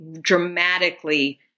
dramatically